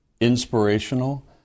inspirational